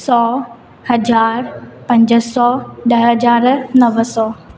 सौ हज़ार पंज सौ ॾह हज़ार नव सौ